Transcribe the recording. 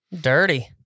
Dirty